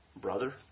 brother